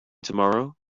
tomorrow